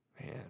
Man